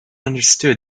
understood